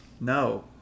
No